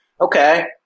Okay